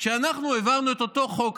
כשאנחנו העברנו את אותו חוק,